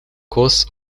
costs